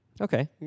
Okay